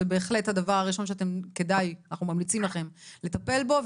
אני חושבת שזה בהחלט הדבר הראשון שאנחנו ממליצים לכם לטפל בו.